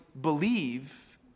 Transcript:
believe